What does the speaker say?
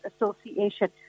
Association